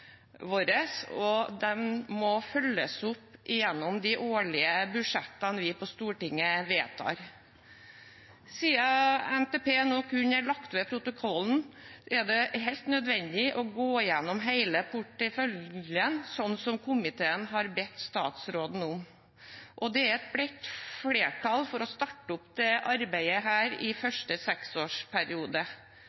og må følges opp gjennom de årlige budsjettene vi på Stortinget vedtar. Siden NTP nå kun er lagt ved protokollen, er det helt nødvendig å gå gjennom hele porteføljen, som komiteen har bedt statsråden om. Det er et bredt flertall for å starte opp dette arbeidet i